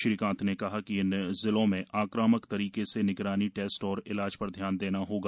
श्री कांत ने कहा है कि इन जिलों में आक्रामक तरीके से निगरानी टेस्ट और इलाज पर ध्यान देना होगा